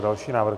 Další návrh.